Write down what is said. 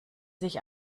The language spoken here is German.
sich